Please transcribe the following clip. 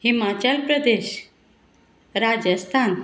Himachal Pradesh Rajasthan